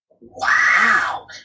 wow